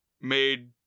made